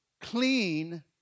Clean